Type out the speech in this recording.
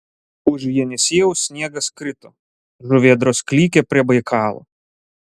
už jenisiejaus sniegas krito žuvėdros klykė prie baikalo